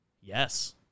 Yes